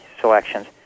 selections